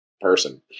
person